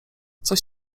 coś